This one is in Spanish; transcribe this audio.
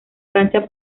cancha